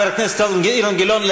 חבר הכנסת אילן גילאון,